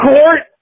Court